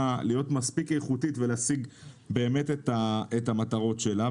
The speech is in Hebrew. להיות מספיק איכותית ולהשיג באמת את המטרות שלה.